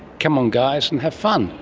come on guys, and have fun.